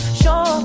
show